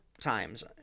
times